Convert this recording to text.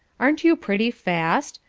aren't you pretty fast?